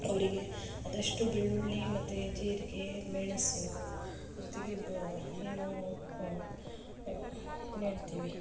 ಅವರಿಗೆ ಆದಷ್ಟು ಬೆಳ್ಳುಳ್ಳಿ ಮತ್ತೆ ಜೀರಿಗೆ ಮೆಣಸು ಜೊತೆಗೆ ಬ ಏನು ಏನು ಹೇಳ್ತೀವಿ